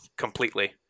Completely